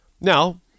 Now